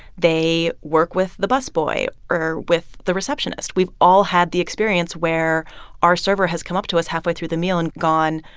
they work with the busboy or with the receptionist. we've all had the experience where our server has come up to us halfway through the meal and gone,